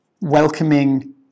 welcoming